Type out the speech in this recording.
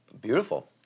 beautiful